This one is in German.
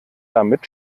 damit